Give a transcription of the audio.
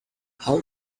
how